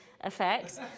effect